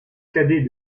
cadet